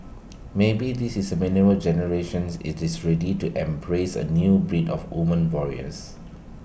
maybe this is millennial generations IT is ready to embrace A new breed of women warriors